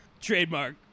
Trademark